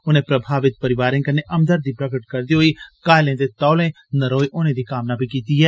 उनें प्रभावत परिवारें कन्नै हमदर्दी प्रगट करदे होई घायलें दे तौले नरोए होने दी कामना कीती ऐ